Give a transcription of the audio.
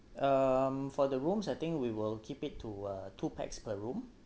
um for the rooms I think we will keep it to uh two pax per room